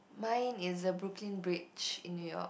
mine is the Brooklyn-Bridge in New-York